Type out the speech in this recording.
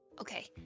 Okay